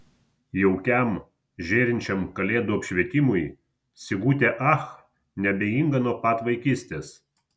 jaukiam žėrinčiam kalėdų apšvietimui sigutė ach neabejinga nuo pat vaikystės